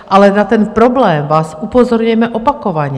Ale na ten problém vás upozorňujeme opakovaně.